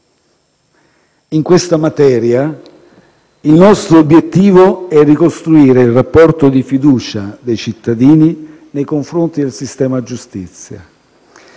In questo ambito il nostro obiettivo è ricostruire il rapporto di fiducia dei cittadini nei confronti del sistema giustizia.